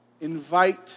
invite